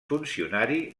funcionari